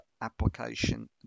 application